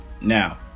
Now